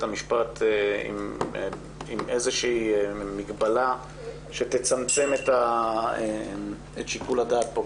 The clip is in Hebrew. המשפט עם מגבלה שתצמצם את שיקול הדעת פה,